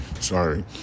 sorry